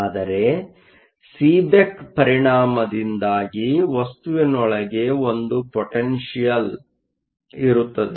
ಆದರೆ ಸೀಬೆಕ್ ಪರಿಣಾಮದಿಂದಾಗಿ ವಸ್ತುವಿನೊಳಗೆ ಒಂದು ಪೊಟೆನ್ಷಿಯಲ್ ಇರುತ್ತದೆ